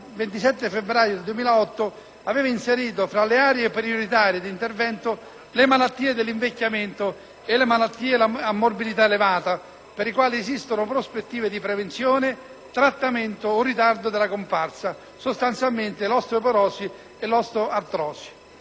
Piano sanitario nazionale aveva inserito tra le aree prioritarie di intervento le malattie dell'invecchiamento e le malattie a morbilità elevata per le quali esistono prospettive di prevenzione, trattamento o ritardo della comparsa (sostanzialmente l'osteoporosi e l'osteoartrosi).